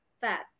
fast